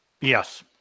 Yes